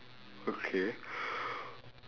okay